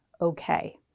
okay